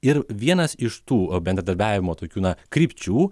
ir vienas iš tų bendradarbiavimo tokių na krypčių